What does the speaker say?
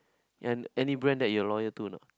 and any brand that you're loyal to or not